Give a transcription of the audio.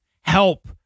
help